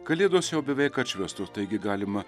kalėdos jau beveik atšvęstos taigi galima